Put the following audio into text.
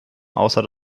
außer